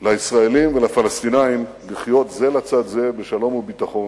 לישראלים ולפלסטינים לחיות זה לצד זה בשלום ובביטחון,